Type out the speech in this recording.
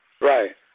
Right